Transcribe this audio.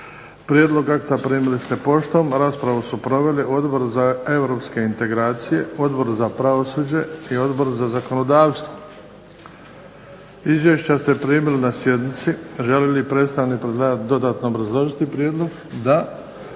Prijedlog akta primili ste poštom. Raspravu su proveli Odbor za europske integracije, Odbor za pravosuđe i Odbor za zakonodavstvo. Izvješća ste primili na sjednici. Želi li predstavnik predlagatelja dodatno obrazložiti prijedlog? Da.